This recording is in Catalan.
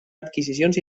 adquisicions